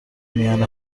میان